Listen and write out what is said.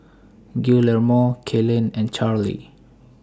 Guillermo Kaylen and Charlie